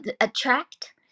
attract